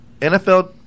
NFL